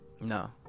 No